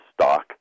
stock